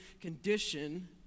condition